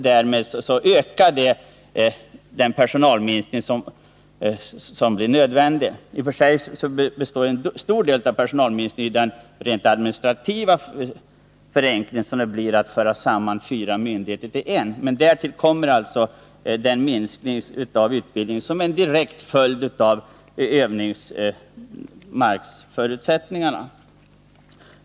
Därmed måste också personalminskningen bli mer omfattande. I och för sig är personalminskningen huvudsakligen en följd av den rent administrativa förenklingen när man för samman fyra myndigheter till en, men därtill kommer den minskning av utbildningen som är en direkt följd av övningsmarksförutsättningarna.